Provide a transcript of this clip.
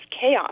chaos